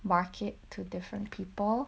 market to different people